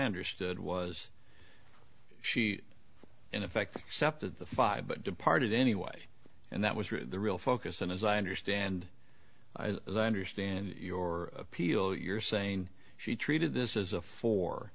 understood was she in effect except of the five but departed anyway and that was the real focus and as i understand understand your appeal you're saying she treated this as a for